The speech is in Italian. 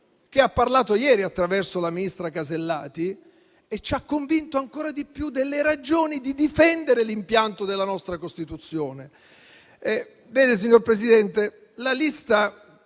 che ha parlato ieri attraverso la ministra Casellati e ci ha convinto ancora di più delle ragioni di difendere l'impianto della nostra Costituzione.